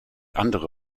andere